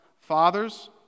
Fathers